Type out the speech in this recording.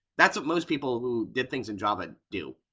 that's what most people who did things in java do.